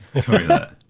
toilet